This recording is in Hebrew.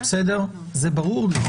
זה ברור לי.